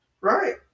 right